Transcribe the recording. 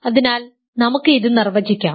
അതിനാൽ നമുക്ക് ഇത് നിർവചിക്കാം